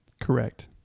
Correct